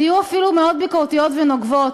תהיו אפילו מאוד ביקורתיות ונוקבות,